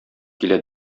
килә